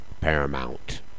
Paramount